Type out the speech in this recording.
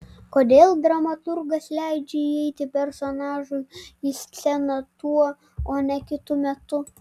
kodėl dramaturgas leidžia įeiti personažui į sceną tuo o ne kitu metu